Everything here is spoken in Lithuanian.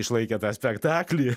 išlaikė tą spektaklį